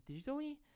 digitally